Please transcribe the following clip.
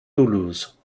toulouse